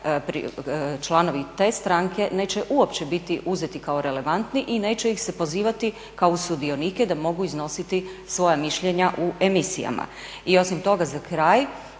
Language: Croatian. članovi te stranke neće uopće biti uzeti kao relevantni i neće ih se pozivati kao sudionike da mogu iznositi svoja mišljenja u emisijama. I osim toga, za kraj,